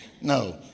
No